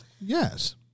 Yes